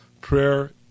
prayer